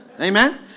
Amen